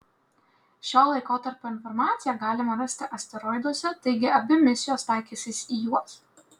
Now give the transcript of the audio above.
šio laikotarpio informaciją galima rasti asteroiduose taigi abi misijos taikysis į juos